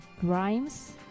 Grimes